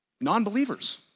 non-believers